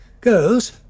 Girls